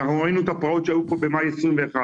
אנחנו ראינו את הפרעות שהיו פה במאי 2021,